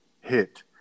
hit